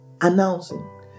announcing